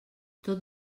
tot